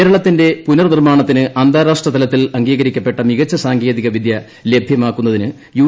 കേരളത്തിന്റെ പുനർനിർമാണത്തിന് അന്താരാഷ്ട്ര തലത്തിൽ അംഗീകരിക്കപ്പെട്ട മികച്ച സാങ്കേതിക വിദ്യ ലഭ്യമാക്കുന്നതിന് യു